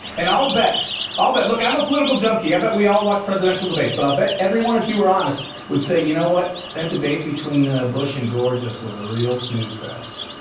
and i'll bet i'll bet look, i'm a political junkie. i bet we all watch presidential debates. but i'll bet everyone, if you were honest, would say, say, you know what, that debate between ah bush and gore just was a real snooze fest.